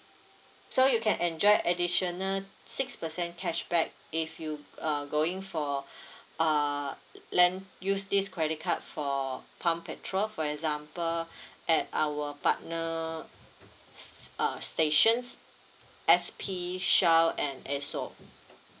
so you can enjoy additional six percent cashback if you uh going for err lend use this credit card for pump petrol for example at our partner s~ s~ err stations S_P shell and esso